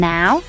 Now